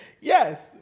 Yes